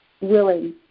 willing